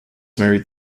married